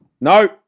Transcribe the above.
No